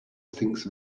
thinks